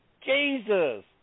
Jesus